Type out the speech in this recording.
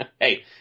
Hey